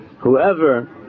Whoever